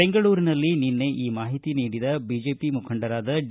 ಬೆಂಗಳೂರಿನಲ್ಲಿ ನಿನ್ನೆ ಈ ಮಾಹಿತಿ ನೀಡಿದ ಬಿಜೆಪಿ ಮುಖಂಡರಾದ ಡಿ